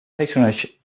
patronage